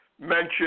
mention